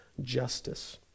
Justice